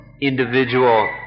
individual